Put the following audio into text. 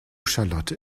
charlotte